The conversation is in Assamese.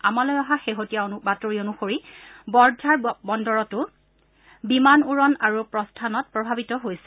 আমালৈ অহা শেহতীয়া অনুসৰি বৰঝাৰ বন্দৰটো বিমান উৰণ আৰু প্ৰস্তানত প্ৰভাৱিত হৈছে